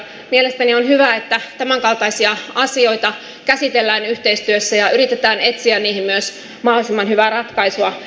mielestäni on hyvä että tämänkaltaisia asioita käsitellään yhteistyössä ja yritetään etsiä niihin myös mahdollisimman hyvää ratkaisua